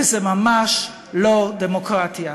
וזאת ממש לא דמוקרטיה.